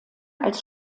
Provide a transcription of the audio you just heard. als